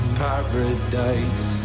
paradise